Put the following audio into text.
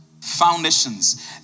Foundations